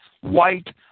white